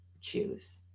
choose